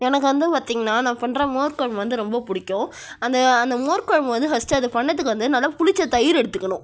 எனக்கு வந்து பார்த்திங்கன்னா நான் பண்ணுற மோர் குழம்பு வந்து ரொம்ப பிடிக்கும் அந்த அந்த மோர் குழம்பு வந்து ஃபர்ஸ்ட்டு அது பண்ணறதுக்கு வந்து நல்லா புளித்த தயிர் எடுத்துக்கணும்